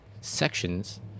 sections